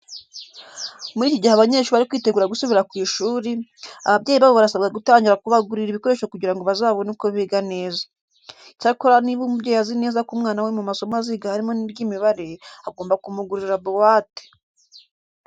Muri iki gihe abanyeshuri bari kwitegura gusubira ku ishuri, ababyeyi babo barasabwa gutangira kubagurira ibikoresho kugira ngo bazabone uko biga neza. Icyakora niba umubyeyi azi neza ko umwana we mu masomo aziga harimo n'iry'imibare, agomba kumugurira buwate.